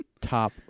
top